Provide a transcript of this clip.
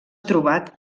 trobat